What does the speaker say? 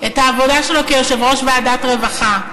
את העבודה שלו כיושב-ראש ועדת הרווחה,